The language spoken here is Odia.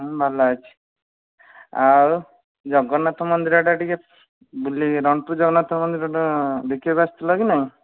ହଁ ଭଲ ଅଛି ଆଉ ଜଗନ୍ନାଥ ମନ୍ଦିରଟା ଟିକେ ବୁଲିକି ରଣପୁର ଜଗନ୍ନାଥ ମନ୍ଦିରଟା ଦେଖିବାକୁ ଆସିଥିଲ କି ନାଇଁ